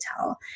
tell